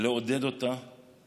לעודד אותה